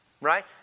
right